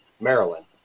Maryland